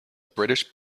british